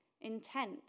intent